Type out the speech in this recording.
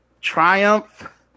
triumph